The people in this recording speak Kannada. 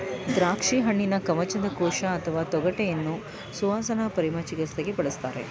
ದ್ರಾಕ್ಷಿಹಣ್ಣಿನ ಕವಚದ ಕೋಶ ಅಥವಾ ತೊಗಟೆಯನ್ನು ಸುವಾಸನಾ ಪರಿಮಳ ಚಿಕಿತ್ಸೆಗೆ ಬಳಸ್ತಾರೆ